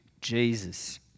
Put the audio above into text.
Jesus